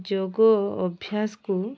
ଯୋଗ ଅଭ୍ୟାସକୁ